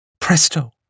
presto